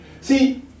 See